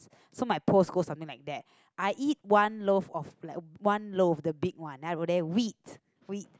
so my post goes something like that I eat one loaf of like one loaf the big one then I wrote there wheat wheat